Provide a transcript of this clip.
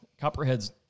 Copperheads